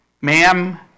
Ma'am